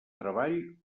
treball